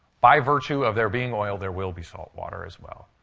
by virtue of there being oil, there will be salt water as well.